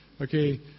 Okay